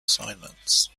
assignments